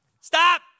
Stop